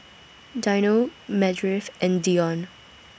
Dino Meredith and Deion